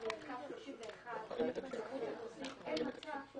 קו 31 מרמות מעלה נוסעים ואין אפשרות שהוא